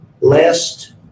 Last